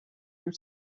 you